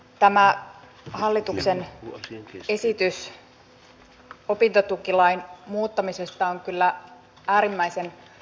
tämä hallituksen esitys opintotukilain muuttamisesta on kyllä äärimmäisen valitettava